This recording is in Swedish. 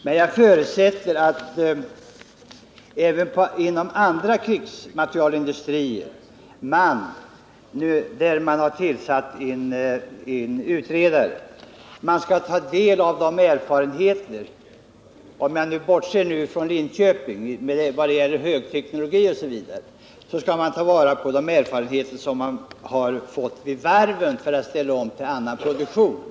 Men jag förutsätter att man — om jag nu bortser från högteknologin i Linköping — kommer att ta del av de erfarenheter som har gjorts t.ex. inom varvsindustrin beträffande omställning till annan produktion.